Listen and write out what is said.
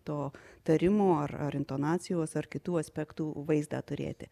to tarimo ar ar intonacijos ar kitų aspektų vaizdą turėti